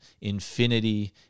infinity